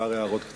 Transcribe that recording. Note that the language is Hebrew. כמה הערות קצרות.